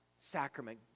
sacrament